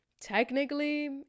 technically